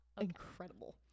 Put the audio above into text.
Incredible